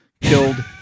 Killed